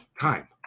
time